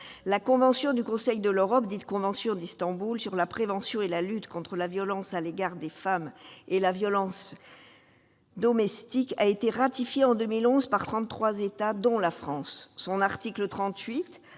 La convention du Conseil de l'Europe, dite convention d'Istanbul, sur la prévention et la lutte contre la violence à l'égard des femmes et la violence domestique a été ratifiée en 2011 par trente-trois États dont la France. Son article 38